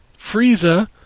Frieza